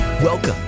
Welcome